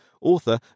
author